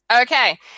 Okay